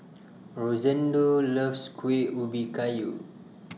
Rosendo loves Kuih Ubi Kayu